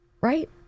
Right